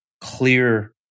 clear